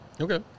Okay